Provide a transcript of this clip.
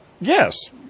yes